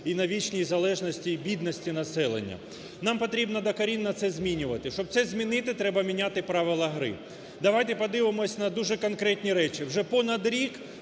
і на вічній залежності і бідності населення. Нам потрібно докорінно це змінювати. Щоб це змінити, треба міняти правила гри. Давайте подивимося на дуже конкретні речі. Вже понад рік